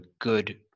good